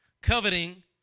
Coveting